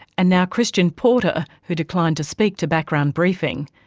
and now christian porter, who declined to speak to background briefing.